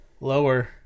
Lower